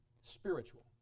spiritual